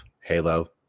Halo